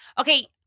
Okay